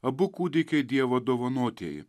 abu kūdikiai dievo dovanotieji